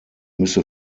müsse